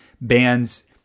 bands